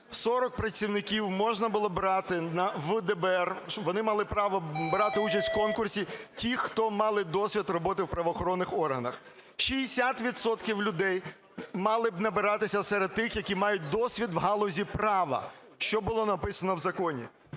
40 працівників можна було брати в ДБР, вони мали право брати участь в конкурсі, ті, хто мали досвід роботи в правоохоронних органах. 60 відсотків людей мали б набиратися серед тих, які мають досвід в галузі права, що було написано в законі.